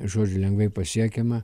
žodžiu lengvai pasiekiama